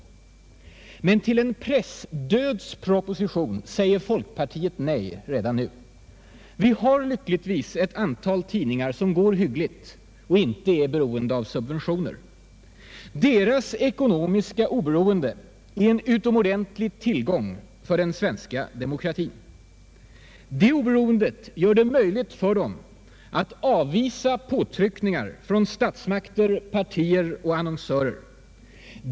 Men till en pressdödsproposition säger folkpartiet nej redan nu. Vi har lyckligtvis ett antal tidningar som går hyggligt och inte är beroende av subventioner. Deras ekonomiska ställning är en utomordentlig tillgång för den svenska demokratin. Det oberoendet gör det möjligt för dem att avvisa påtryckningar från statsmakter, partier och annonsörer.